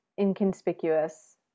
inconspicuous